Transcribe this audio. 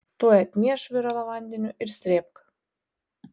tuoj atmieš viralą vandeniu ir srėbk